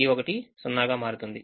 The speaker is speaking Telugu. ఈ 1 0 గా మారుతుంది